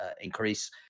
increase